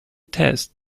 tests